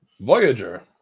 Voyager